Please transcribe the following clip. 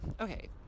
Okay